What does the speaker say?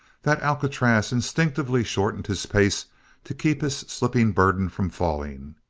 that alcatraz instinctively shortened his pace to keep his slipping burden from falling.